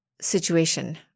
situation